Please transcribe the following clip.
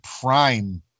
prime